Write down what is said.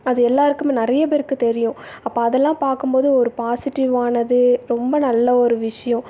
அது எல்லாேருக்குமே நிறைய பேருக்கு தெரியும் அப்போ அதெல்லாம் பார்க்கம்போது ஒரு பாசிட்டிவானது ரொம்ப நல்ல ஒரு விஷயம்